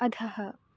अधः